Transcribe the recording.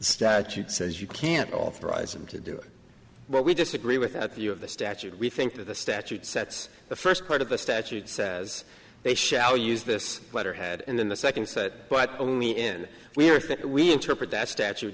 statute says you can't authorize him to do it but we disagree with that view of the statute we think that the statute sets the first part of the statute says they shall use this letterhead and then the second set but only in we are think we interpret that statu